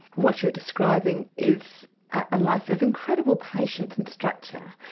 what you're describing is a life of incredible patience and structure.